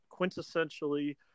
quintessentially